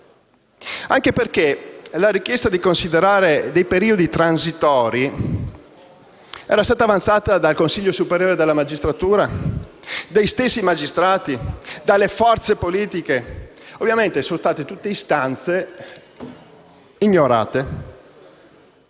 anche perché la richiesta di considerare dei periodi transitori era stata avanzata dal Consiglio superiore della magistratura, dagli stessi magistrati, dalle forze politiche, ma ovviamente tutte queste istanze sono state